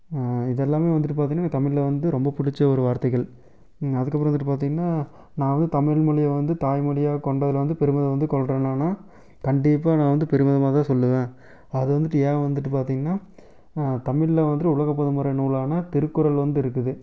இதெல்லாமே வந்துவிட்டு பார்த்தீங்கன்னா எனக்கு தமிழில் வந்து ரொம்ப பிடிச்ச ஒரு வார்த்தைகள் அதற்கப்பறம் வந்துவிட்டு பார்த்தீங்கன்னா நான் வந்து தமிழ் மொழியை வந்து தாய்மொழியாக கொண்டதில் வந்து பெருமிதம் வந்து கொள்கிறேன் நான் கண்டிப்பாக நான் வந்து பெருமிதமாக தான் சொல்லுவேன் அது வந்துவிட்டு ஏன் வந்துட்டு பார்த்தீங்கன்னா தமிழில் வந்துவிட்டு உலகப்பொதுமறை நூலான திருக்குறள் வந்து இருக்குது